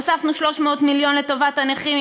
הוספנו 300 מיליון לטובת הנכים,